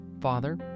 Father